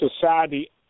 society